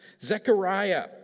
Zechariah